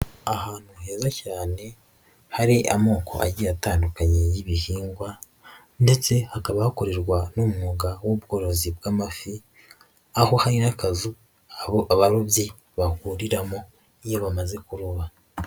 Ahantu heza cyane, hari amoko atandukanye y'ibihingwa ndetse hakaba hakorerwa n'umwuga w'ubworozi bw'amafi, aho hari n'akazu aho abarobyi bahuriramo iyo bamaze kuroba.